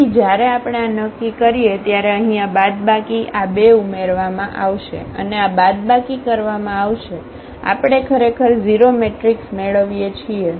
તેથી જ્યારે આપણે આ નક્કી કરીએ ત્યારે અહીં આ બાદબાકી આ બે ઉમેરવામાં આવશે અને આ બાદબાકી કરવામાં આવશે આપણે ખરેખર 0 મેટ્રિક્સ મેળવીએ છીએ